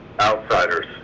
outsiders